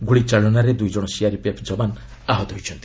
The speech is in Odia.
ଗୁଳିଚାଳନାରେ ଦୁଇଜଣ ସିଆର୍ପିଏଫ୍ ଯବାନ ଆହତ ହୋଇଛନ୍ତି